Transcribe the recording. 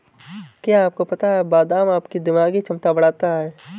क्या आपको पता है बादाम आपकी दिमागी क्षमता बढ़ाता है?